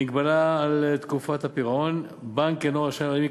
מגבלה על תקופת הפירעון, בנק אינו רשאי להעניק